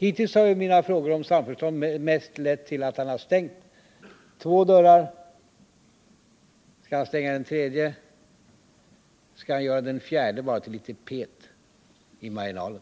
Hittills har mina frågor om samförstånd lett till att Thorbjörn Fälldin stängt två dörrar. Skall han stänga också den tredje, och skall han beträffande den fjärde punkten bara göra ett litet pet i marginalen?